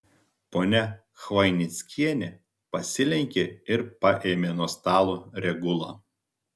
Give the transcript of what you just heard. ponia chvainickienė pasilenkė ir paėmė nuo stalo regulą